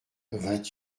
vingt